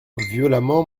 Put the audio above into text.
violemment